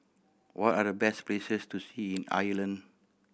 what are the best places to see in Ireland